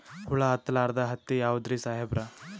ಹುಳ ಹತ್ತಲಾರ್ದ ಹತ್ತಿ ಯಾವುದ್ರಿ ಸಾಹೇಬರ?